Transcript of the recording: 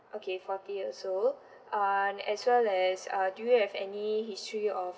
okay forty years old um as well as uh do you have any history of